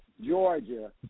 Georgia